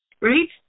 right